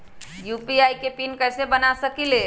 UPI के pin कैसे बना सकीले?